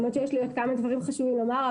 האמת שיש לי עוד כמה דברים חשובים לומר,